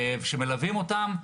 שמלווים אותם,